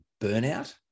burnout